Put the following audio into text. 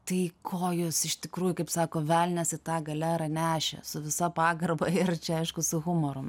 tai ko jūs iš tikrųjų kaip sako velnias į tą galerą nešė su visa pagarba ir čia aišku su humoru